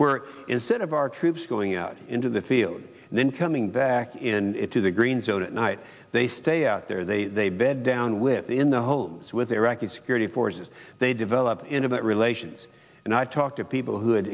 where instead of our troops going out into the field and then coming back in to the green zone at night they stay out there they said down whip in the homes with iraqi security forces they develop intimate relations and i talk to people who had